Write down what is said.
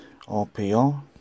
RPR